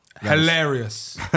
Hilarious